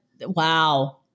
Wow